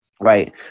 Right